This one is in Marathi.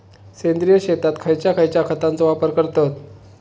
सेंद्रिय शेतात खयच्या खयच्या खतांचो वापर करतत?